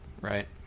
Right